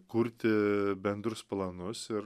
kurti bendrus planus ir